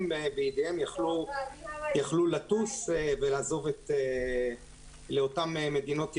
בידיהם יכלו לטוס ולעזוב לאותן מדינות ירוקות.